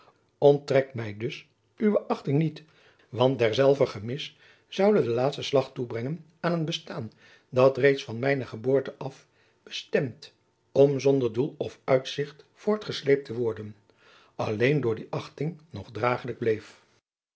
onttrek mij dus uwe achting niet want derzelver gemis zoude den laatsten slag toebrengen aan een bestaan dat reeds van mijne geboorte af bestemd om zonder doel of uitzicht voortgesleept te worden alleen door die achting nog dragelijk bleef